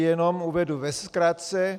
Jenom uvedu ve zkratce.